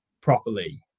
properly